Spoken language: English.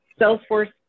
Salesforce